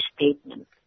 statement